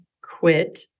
quit